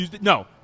no